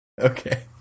Okay